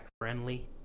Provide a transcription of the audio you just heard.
friendly